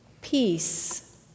Peace